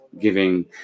giving